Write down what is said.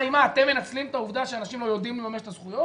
האם אתם מנצלים את העובדה שאנשים לא יודעים לממש את הזכויות?